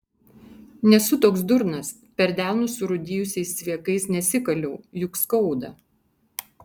nesu toks durnas per delnus surūdijusiais cviekais nesikaliau juk skauda